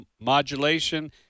modulation